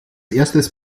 erstes